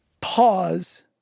Pause